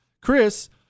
Chris